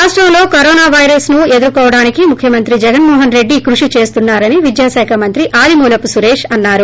రాష్టంలో corona virus ను ఎదుర్చోవడానికి ముఖ్యమంత్రి జగన్మోహన్ రెడ్డి కృషి చేస్తున్నా రని విద్యాశాఖ మంత్రి ఆదిమూలపు సురేష్ అన్సారు